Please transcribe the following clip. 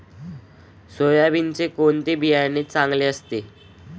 सोयाबीनचे कोणते बियाणे चांगले असते?